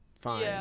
fine